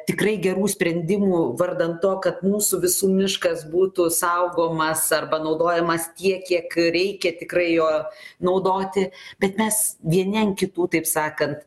tikrai gerų sprendimų vardan to kad mūsų visų miškas būtų saugomas arba naudojamas tiek kiek reikia tikrai jo naudoti bet mes vieni an kitų taip sakant